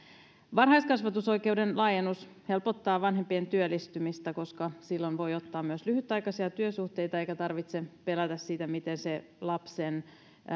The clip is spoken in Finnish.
varhaiskasvatusoikeuden laajennus helpottaa vanhempien työllistymistä koska silloin voi ottaa myös lyhytaikaisia työsuhteita eikä tarvitse pelätä sitä miten se lapsen